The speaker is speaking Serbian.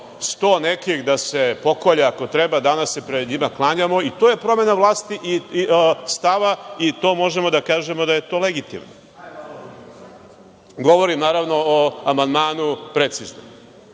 sto nekih da se pokolje, ako treba, danas se pred njima klanjamo, i to je promena vlasti, stava i možemo da kažemo da je to legitimno. Govorim o amandmanu vrlo